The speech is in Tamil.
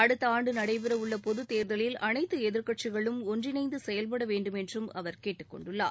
அடுத்த ஆண்டு நடைபெறவுள்ள பொதுத் தேர்தலில் அனைத்து எதிர்க்கட்சிகளும் ஒன்றிணைந்து செயல்பட வேண்டும் என்றும் அவர் கேட்டுக் கொண்டுள்ளார்